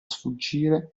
sfuggire